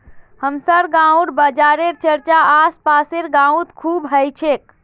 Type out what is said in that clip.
हमसार गांउत बाजारेर चर्चा आस पासेर गाउत खूब ह छेक